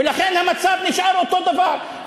ולכן המצב נשאר אותו דבר.